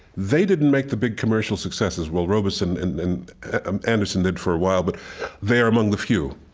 they didn't make the big commercial successes. well, robeson, and and and anderson did for a while, but they're among the few.